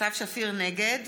נגד